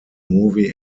movie